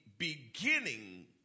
beginning